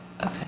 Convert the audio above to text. Okay